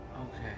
Okay